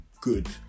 good